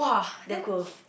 damn cold